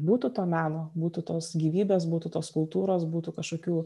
būtų to meno būtų tos gyvybės būtų tos kultūros būtų kažkokių